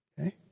okay